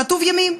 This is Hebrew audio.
כתוב ימים.